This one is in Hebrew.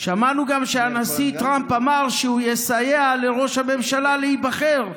שמענו גם שהנשיא טראמפ אמר שהוא יסייע לראש הממשלה להיבחר,